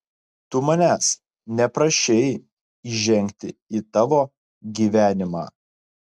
tu manęs neprašei įžengti į tavo gyvenimą